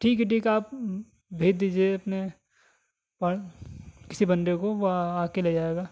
ٹھیک ہے ٹھیک ہے آپ بھیج دیجیے اپنے کسی بندے کو وہ آ کے لے جائے گا